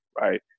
right